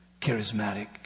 charismatic